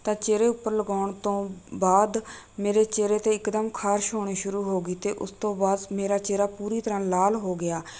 ਤਾਂ ਚਿਹਰੇ ਉੱਪਰ ਲਗਾਉਣ ਤੋਂ ਬਾਅਦ ਮੇਰੇ ਚਿਹਰੇ 'ਤੇ ਇਕਦਮ ਖ਼ਾਰਸ਼ ਹੋਣੀ ਸ਼ੁਰੂ ਹੋ ਗਈ ਅਤੇ ਉਸ ਤੋਂ ਬਾਅਦ ਮੇਰਾ ਚਿਹਰਾ ਪੂਰੀ ਤਰ੍ਹਾਂ ਲਾਲ ਹੋ ਗਿਆ